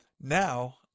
now